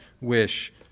wish